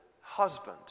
husband